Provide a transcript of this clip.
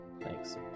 thanks